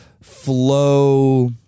flow